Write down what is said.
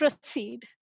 proceed